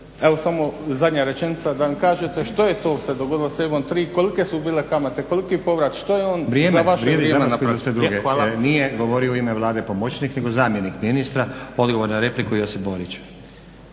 evo samo zadnja rečenica, da mi kažete što je to se dogodilo sa EIB-om 3, kolike su bile kamate, koliki je povrat, što je on… Hvala. **Stazić, Nenad (SDP)** Vrijeme. Nije govorio u ime Vlade pomoćnik, nego zamjenik ministra. Odgovor na repliku Josip Borić.